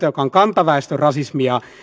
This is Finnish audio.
joka on kantaväestön rasismia